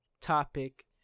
topic